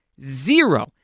Zero